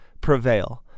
prevail